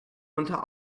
unter